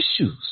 issues